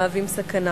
והם מהווים סכנה.